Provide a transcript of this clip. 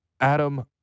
Adam